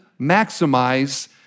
maximize